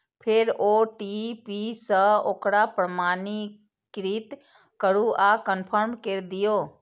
फेर ओ.टी.पी सं ओकरा प्रमाणीकृत करू आ कंफर्म कैर दियौ